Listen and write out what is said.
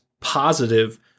positive